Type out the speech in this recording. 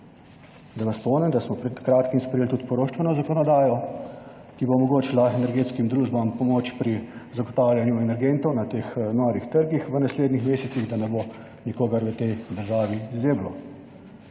Da vas spomnim, da smo pred kratkim sprejeli tudi poroštveno zakonodajo, ki bo omogočila energetskim družbam pomoč pri zagotavljanju energentov na teh norih trgih v naslednjih mesecih, da ne bo nikogar v tej državi zeblo.